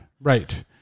Right